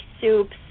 soups